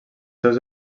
seus